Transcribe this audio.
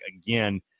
again